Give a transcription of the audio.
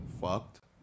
Fucked